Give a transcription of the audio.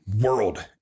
world